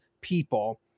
people